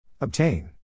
Obtain